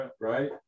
right